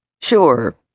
Sure